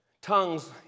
tongues